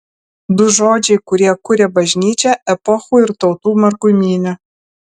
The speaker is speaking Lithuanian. du žodžiai kurie kuria bažnyčią epochų ir tautų margumyne